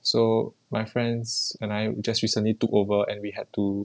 so my friends and I just recently took over and we had to